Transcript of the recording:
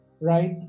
right